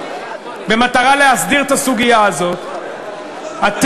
במטרה להסדיר את הסוגיה הזו אתם